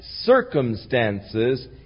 circumstances